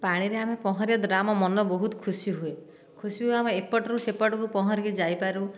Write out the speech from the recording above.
ପାଣିରେ ଆମେ ପହଁରିବା ଦ୍ବାରା ଆମ ମନ ବହୁତ ଖୁସି ହୁଏ ଖୁସି ହୁଏ ଆମେ ଏପଟରୁ ସେପଟକୁ ପହଁରିକି ଯାଇପାରୁ